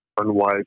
unwise